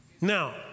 Now